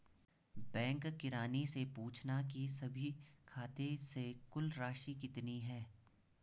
bank किरानी से पूछना की सभी खाते से कुल राशि कितनी है